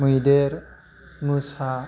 मैदेर मोसा